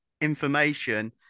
information